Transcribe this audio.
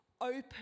open